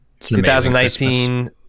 2019